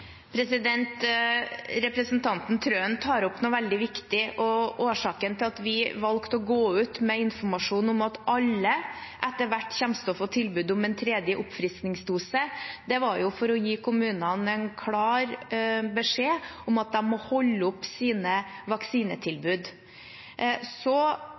Representanten Wilhelmsen Trøen tar opp noe veldig viktig. Årsaken til at vi valgte å gå ut med informasjon om at alle etter hvert kommer til å få tilbud om en tredje oppfriskningsdose, var å gi kommunene en klar beskjed om at de må opprettholde vaksinetilbudene sine. Så